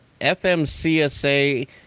fmcsa